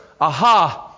aha